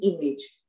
image